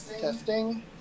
testing